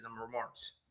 remarks